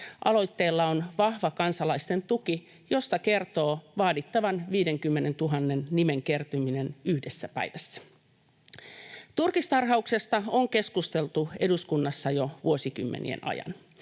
Aloitteella on vahva kansalaisten tuki, mistä kertoo vaadittavan 50 000:n nimen kertyminen yhdessä päivässä. Turkistarhauksesta on keskusteltu eduskunnassa jo vuosikymmenien ajan.